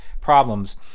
problems